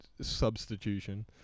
substitution